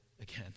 again